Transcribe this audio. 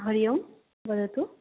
हरिः ओं वदतु